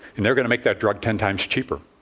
and they're going to make that drug ten times cheaper.